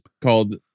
called